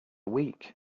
week